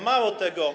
Mało tego.